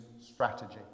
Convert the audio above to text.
strategy